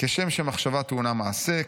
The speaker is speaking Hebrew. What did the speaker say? כשם שהמחשבה טעונה מעשה,